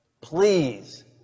Please